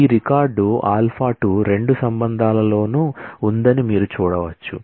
ఈ రికార్డ్ α 2 రెండు సంబంధాలలోనూ ఉందని మీరు చూడవచ్చు